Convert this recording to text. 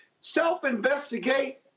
self-investigate